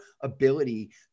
ability